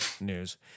news